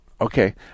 Okay